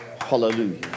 Hallelujah